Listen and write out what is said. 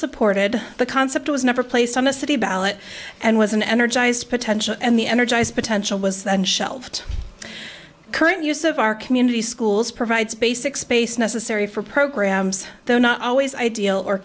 supported the concept was never placed on a city ballot and was an energized potential and the energized potential was then shelved current use of our community schools provides basic space necessary for programs though not always ideal or